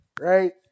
Right